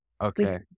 Okay